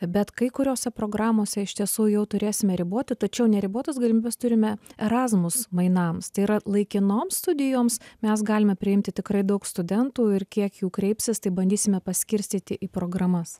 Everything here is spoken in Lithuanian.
bet kai kuriose programose iš tiesų jau turėsime riboti tačiau neribotas galimybes turime erasmus mainams tai yra laikinoms studijoms mes galime priimti tikrai daug studentų ir kiek jų kreipsis tai bandysime paskirstyti į programas